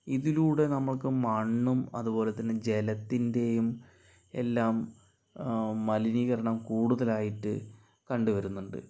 ഇതിലൂടെ നമുക്ക് മണ്ണും അതുപോലെ തന്നെ ജലത്തിൻ്റെയും എല്ലാം മലിനീകരണം കൂടുതലായിട്ട് കണ്ടു വരുന്നുണ്ട്